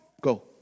go